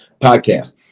podcast